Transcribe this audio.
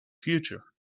future